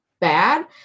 bad